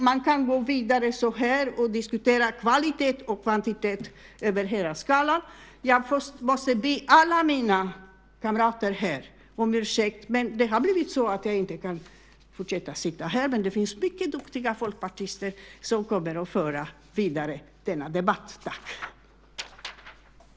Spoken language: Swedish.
Man kan gå vidare så här och diskutera kvalitet och kvantitet över hela skalan. Jag måste be alla mina kamrater här om ursäkt, men det har blivit så att jag inte kan fortsätta sitta här, men det finns mycket duktiga folkpartister som kommer att föra denna debatt vidare. Tack!